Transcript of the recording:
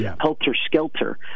helter-skelter